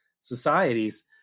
societies